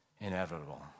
inevitable